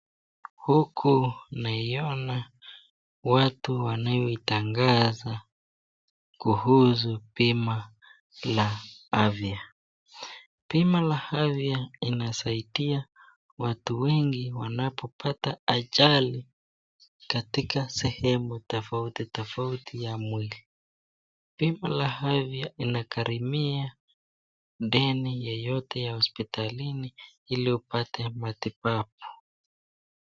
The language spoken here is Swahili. Huku naiona watu wanayo itangaza kuhusu bima la afya. Bima la afya linasaidia watu wengi wanapopata ajali katika sehemu tofauti tofauti ya mwili. Bima la afya inagharamia deni yoyote ya hospitalini iliyopata matibabu.